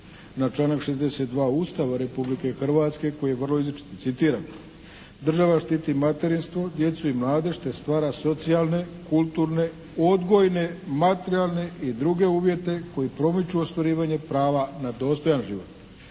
na članak 62. Ustava Republike Hrvatske koji je vrlo izričit citiram: “Država štiti materinstvo, djecu i mladež, te stvara socijalne, kulturne, odgojne, materijalne i druge uvjete koji promiču ostvarivanje prava na dostojan život.